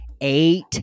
eight